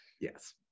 Yes